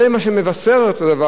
זו המחאה החברתית,